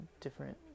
different